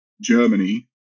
Germany